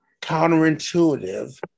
counterintuitive